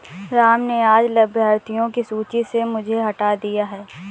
राम ने आज लाभार्थियों की सूची से मुझे हटा दिया है